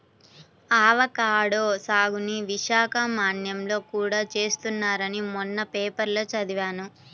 avocado సాగుని విశాఖ మన్యంలో కూడా చేస్తున్నారని మొన్న పేపర్లో చదివాను